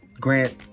grant